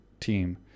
team